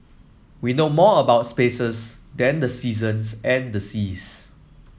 we know more about spaces than the seasons and the seas